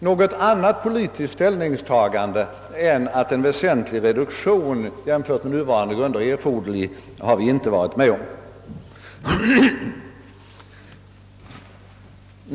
Något annat politiskt ställningstagande än att en väsentlig reduktion är ofrånkomlig, jämfört med nuvarande grunder, har vi inte varit med om.